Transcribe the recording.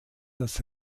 das